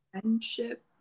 friendship